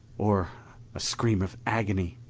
or a scream of agony.